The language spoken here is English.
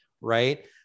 right